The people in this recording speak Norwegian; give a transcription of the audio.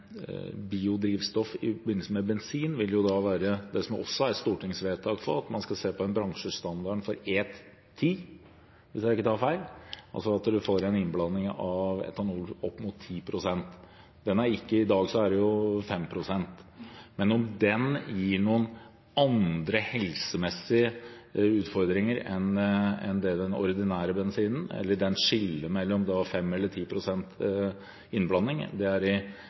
biodrivstoff i forbindelse med bensin vil være det som det også er et stortingsvedtak om, at man skal se på bransjestandarden for E10, hvis jeg ikke tar feil – at man får en innblanding av etanol på opp mot 10 pst. I dag er det på 5 pst. Om den gir noen andre helsemessige utfordringer enn det den ordinære bensinen gjør, eller den skiller mellom 5 pst. og 10 pst. innblanding, er i